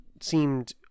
seemed